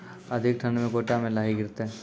अधिक ठंड मे गोटा मे लाही गिरते?